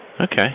Okay